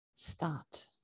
Start